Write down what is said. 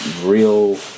Real